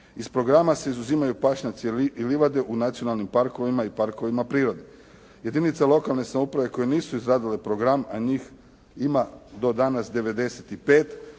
Iz programa se izuzimaju pašnjaci i livade u nacionalnim parkovima i parkovima prirode. Jedinice lokalne samouprave koje nisu izradile program, a njih ima do danas 95,